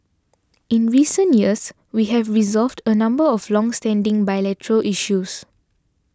in recent years we have resolved a number of longstanding bilateral issues